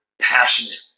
passionate